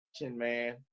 man